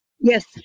Yes